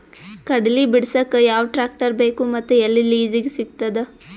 ಕಡಲಿ ಬಿಡಸಕ್ ಯಾವ ಟ್ರ್ಯಾಕ್ಟರ್ ಬೇಕು ಮತ್ತು ಎಲ್ಲಿ ಲಿಜೀಗ ಸಿಗತದ?